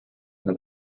nad